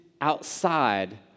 outside